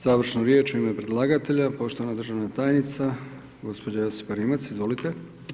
Završnu riječ u ime predlagatelja, poštovana državna tajnica, gđa. Josipa Rimac, izvolite.